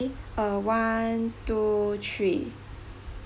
uh one two three